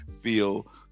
feel